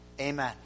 Amen